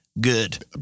good